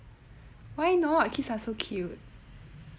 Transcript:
why not kids are so cute